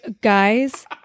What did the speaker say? Guys